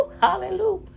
hallelujah